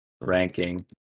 ranking